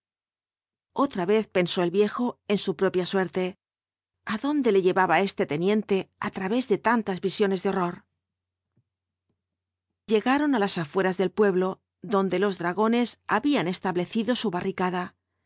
otra vez pensó el viejo en su propia suerte adonde le llevaba este teniente á través de tantas visiones de horror llegaron á las afueras del pueblo donde los dragones habían establecido su barricada